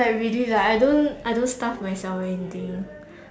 like really like I don't I don't starve myself or anything